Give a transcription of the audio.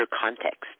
context